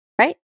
right